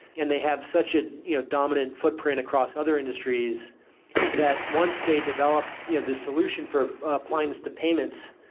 and they have such a you know dominant footprint across other industries that once they develop you know the solution for applying this to payments,